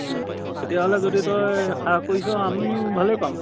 তেতিয়া হ'লে যদি তই সাহ কৰিছ আমিও ভালেই পাম